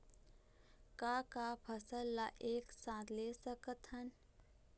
का का फसल ला एक साथ ले सकत हन?